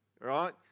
right